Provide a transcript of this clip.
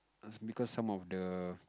err because some of the